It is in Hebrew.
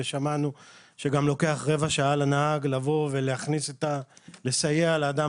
ושמענו שגם לוקח לנהג רבע שעה לבוא ולסייע לאדם